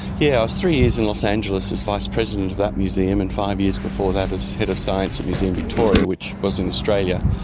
yeah was three years in los angeles as vice-president of that museum, and five years before that as head of science at museum victoria, which was in australia.